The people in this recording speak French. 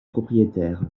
propriétaire